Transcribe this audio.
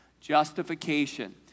Justification